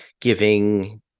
giving